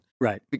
Right